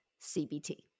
CBT